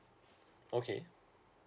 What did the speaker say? okay